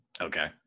Okay